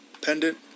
pendant